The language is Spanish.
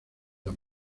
las